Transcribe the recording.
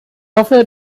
hoffe